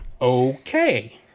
okay